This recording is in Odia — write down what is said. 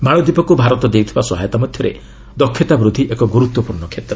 ମାଳଦୀପକୁ ଭାରତ ଦେଉଥିବା ସହାୟତା ମଧ୍ୟରେ ଦକ୍ଷତା ବୃଦ୍ଧି ଏକ ଗୁରୁତ୍ୱପୂର୍ଣ୍ଣ କ୍ଷେତ୍ର